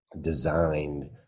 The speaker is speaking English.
designed